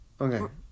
Okay